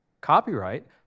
copyright